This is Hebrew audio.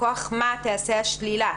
מכוח מה תיעשה השלילה?